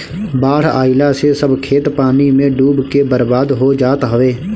बाढ़ आइला से सब खेत पानी में डूब के बर्बाद हो जात हवे